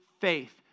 faith